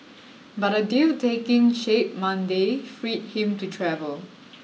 but a deal taking shape Monday freed him to travel